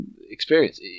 experience